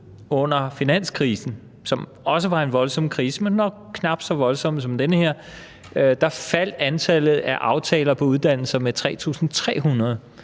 under finanskrisen, som også var en voldsom krise, men nok knap så voldsom som den her, faldt antallet af aftaler på uddannelser med 3.300,